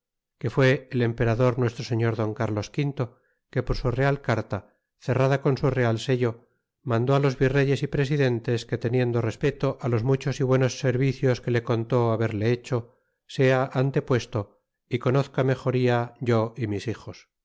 que fue el emperador n s d arios v que por su real carta cerrada con su real sello mandó á los virreyes y presidentes que teniendo respeto los muchos y buenos servicios que le constó haberle hecho sea antepuesto y conozca mejoria yo y mis hijos